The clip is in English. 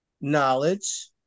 knowledge